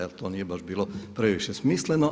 Jer to nije baš bilo previše smisleno.